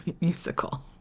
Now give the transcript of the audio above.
musical